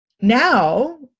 now